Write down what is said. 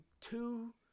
two